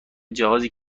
جهازی